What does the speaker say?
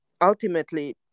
ultimately